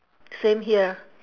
same here